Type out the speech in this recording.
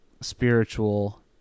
spiritual